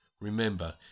Remember